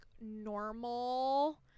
normal